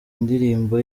indirimbo